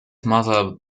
mother